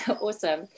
awesome